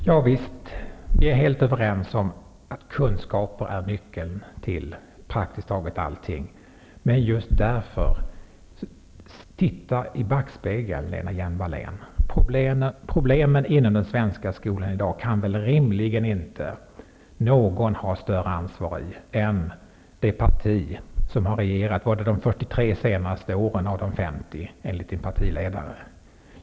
Herr talman! Vi är helt överens om att kunskaper är nyckeln till praktiskt taget allting, men just därför, Lena Hjelm-Wallén: Titta i backspegeln! Problemen inom den svenska skolan i dag kan väl rimligen inte någon ha större ansvar för än det parti som enligt den socialdemokratiske partiledaren har regerat under 43 av de senaste 50 åren.